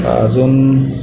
अजून